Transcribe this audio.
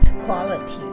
quality